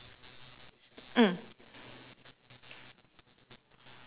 mm